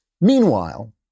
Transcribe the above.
Meanwhile